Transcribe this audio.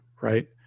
right